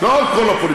לא על כל הפוליטיקה.